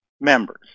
members